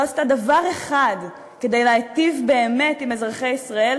לא עשתה דבר אחד כדי להיטיב באמת עם אזרחי ישראל.